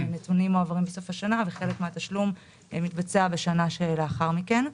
הנתונים מועברים בסוף השנה וחלק מהתשלום מתבצע בשנה שלאחר מכן.